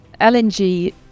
lng